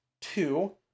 two